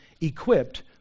equipped